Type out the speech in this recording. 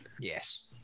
yes